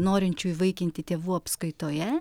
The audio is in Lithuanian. norinčių įvaikinti tėvų apskaitoje